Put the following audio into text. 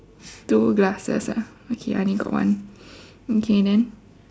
two glasses ah okay I only got one okay then